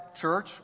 church